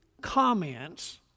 comments